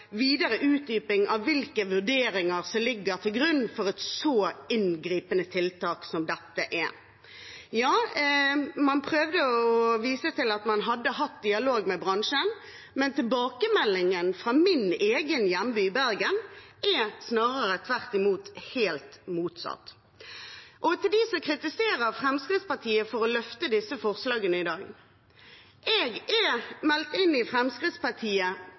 videre utdyping av hvilke vurderinger som ligger til grunn for et så inngripende tiltak som dette er. Man prøvde å vise til at man hadde hatt dialog med bransjen, men tilbakemeldingen fra min egen hjemby, Bergen, er snarere tvert imot helt motsatt. Og til dem som kritiserer Fremskrittspartiet for å løfte disse forslagene i dag: Jeg er meldt inn i Fremskrittspartiet